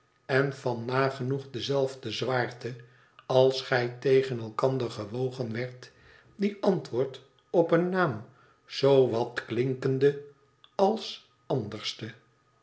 en van nagenoeg dezelfde zwaarte als gij tegen elkander gewogen werd die antwoordt op een naam zoo wat klinkende als anderste